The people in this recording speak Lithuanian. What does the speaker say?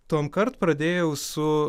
tuomkart pradėjau su